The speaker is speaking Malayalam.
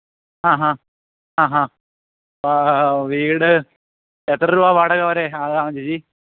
ആ ഹാ ആ ഹാ വീട് എത്ര രൂപ വാടക വരെ ആകാം ചേച്ചി